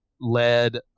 led